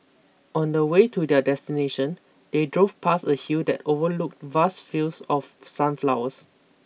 on the way to their destination they drove past a hill that overlooked vast fields of sunflowers